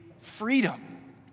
freedom